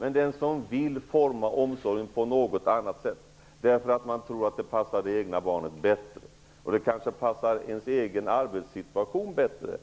Men den som vill forma omsorgen på något annat sätt därför att man tror att det passar det egna barnet bättre och därför att det kanske passar den egna arbetssituationen bättre,